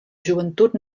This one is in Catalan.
joventut